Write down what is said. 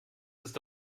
ist